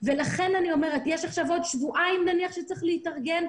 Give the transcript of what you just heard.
נניח שיש עכשיו עוד שבועיים בשביל להתארגן,